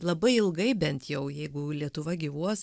labai ilgai bent jau jeigu lietuva gyvuos